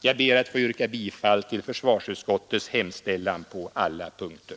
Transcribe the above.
Jag ber att få yrka bifall till försvarsutskottets hemställan på alla punkter.